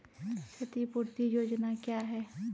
क्षतिपूरती योजना क्या हैं?